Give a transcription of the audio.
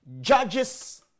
Judges